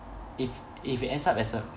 if if it ends up as a